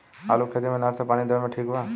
आलू के खेती मे नहर से पानी देवे मे ठीक बा?